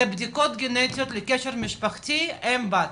זה בדיקות גנטיות לקשר משפחתי, אם - בת,